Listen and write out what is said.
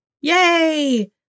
Yay